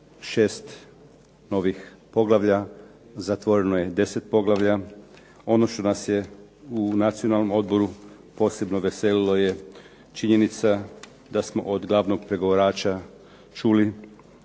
šest novih poglavlja, zatvoreno je deset poglavlja. Ono što nas je u Nacionalnom odboru posebno veselilo je činjenica da smo od glavnog pregovarača čuli